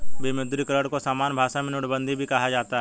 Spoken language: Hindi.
विमुद्रीकरण को सामान्य भाषा में नोटबन्दी भी कहा जाता है